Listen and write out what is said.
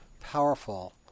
powerful